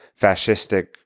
fascistic